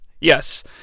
yes